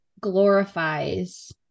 glorifies